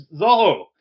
Zoho